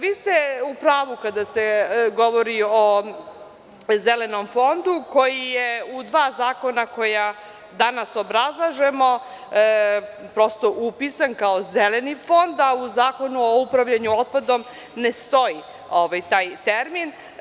Vi ste u pravu kada se govori o zelenom fondu koji je u dva zakona koja danas obrazlažemo prosto upisan kao zeleni fond, a u Zakonu o upravljanju otpadom ne stoji taj termin.